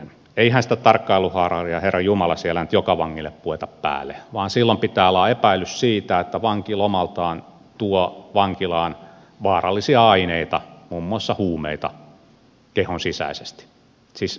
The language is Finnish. eihän sitä tarkkailuhaalaria herranjumala siellä nyt joka vangille pueta päälle vaan silloin pitää olla epäilys siitä että vanki lomaltaan tuo vankilaan vaarallisia aineita muun muassa huumeita kehonsisäisesti siis epäilys siitä